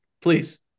Please